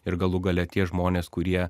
ir galų gale tie žmonės kurie